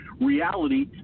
reality